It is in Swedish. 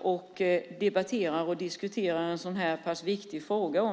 och debatterar och diskuterar en så här pass viktig fråga.